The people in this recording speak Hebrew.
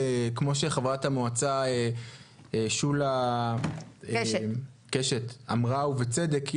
כמו שחברת המועצה שולה קשת אמרה ובצדק,